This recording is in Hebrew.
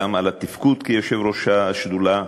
גם על התפקוד כיושב-ראש השדולה,